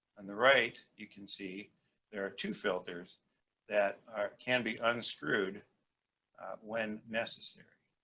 and the right you can see there are two filters that can be unscrewed when necessary.